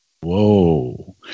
Whoa